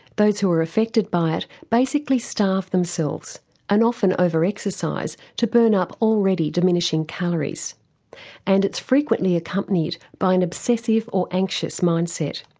those who are affected by it basically starve themselves and often over-exercise to burn up already diminishing calories and it's frequently accompanied by an obsessive or anxious mindset.